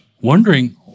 wondering